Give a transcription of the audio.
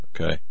okay